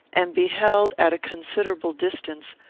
and beheld, at a considerable distance,